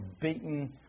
beaten